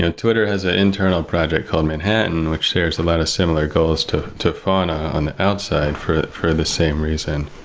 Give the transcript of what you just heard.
and twitter has an ah internal project called manhattan, which there's a and similar goals to to fauna on the outside for for the same reason.